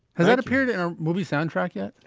hasn't appeared in a movie soundtrack yet.